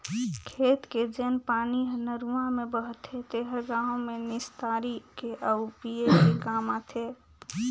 खेत के जेन पानी हर नरूवा में बहथे तेहर गांव में निस्तारी के आउ पिए के काम आथे